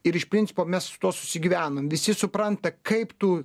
ir iš principo mes su tuo susigyvenam visi supranta kaip tu